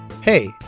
Hey